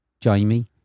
Jamie